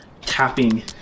tapping